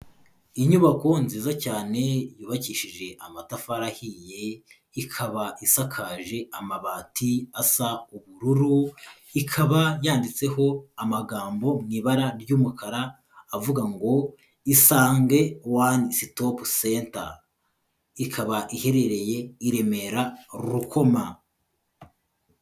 Inyubako nziza cyane yubakishije amatafari ahiye, ikaba isakaje amabati asa ubururu, ikaba yanditseho amagambo mu ibara ry'umukara avuga ngo: Isange one stop center, ikaba iherereye i Remera Rukoma.